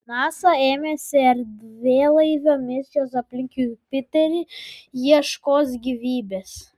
nasa ėmėsi erdvėlaivio misijos aplink jupiterį ieškos gyvybės